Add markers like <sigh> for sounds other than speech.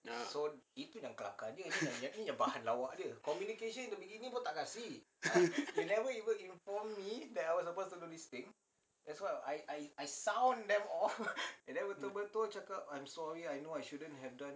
ah <laughs>